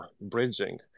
bridging